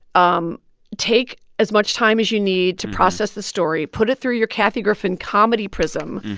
um take as much time as you need to process the story, put it through your kathy griffin comedy prism.